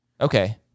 Okay